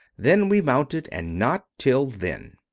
then we mounted, and not till then.